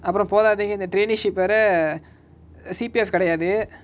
அப்ரோ போதாதைக்கு இந்த:apro pothathikku intha traineeship வேர:vera C_P_F கெடயாது:kedayaathu